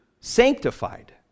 sanctified